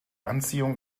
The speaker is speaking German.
anziehung